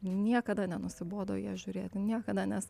niekada nenusibodo į ją žiūrėti niekada nes